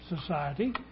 society